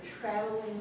traveling